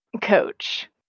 Coach